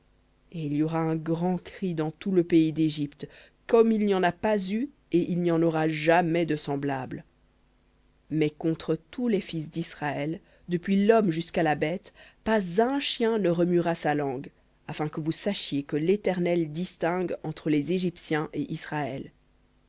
et il y aura un grand cri dans tout le pays d'égypte comme il n'y en a pas eu et il n'y en aura jamais de semblable mais contre tous les fils d'israël depuis l'homme jusqu'aux bêtes pas un chien ne remuera sa langue afin que vous sachiez que l'éternel distingue entre les égyptiens et israël